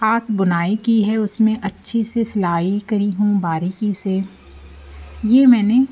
ख़ास बुनाई की है उसमें अच्छी से सिलाई करी हूँ बारीकी से यह मैंने